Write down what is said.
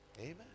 Amen